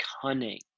cunning